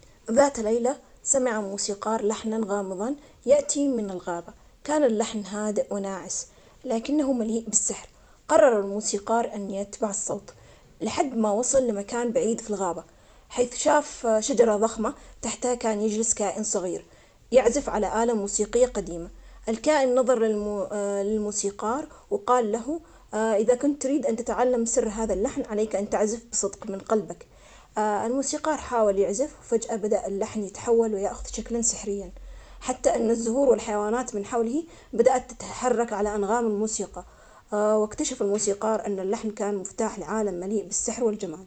فليلة سمع موسيقار لحن غامض من الغابة, فضوله خلاه يتحمس, ويتبع الصوت وكل ما اقترب تزداد النغمة سحر وغموض, ووصل, ولما شاف مجموعة فتيات يرقصن على نار صغير, وشافوه دعوه إنه ينضم إلهم وبدأ يعزف معاهم, اكتشف إنه اللحن عم يروي قصة قديمة عن الحب, في تلك الليلة صار يتردد على الغابة ويتعلم أسرار الموسيقى.